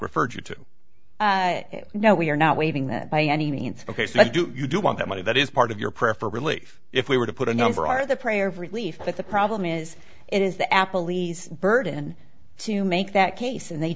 referred you to now we are not waiving that by any means ok so what do you do want that money that is part of your prayer for relief if we were to put a number are the prayer of relief that the problem is it is the apple lee's burden to make that case and they